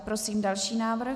Prosím další návrh.